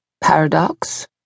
Paradox